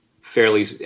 fairly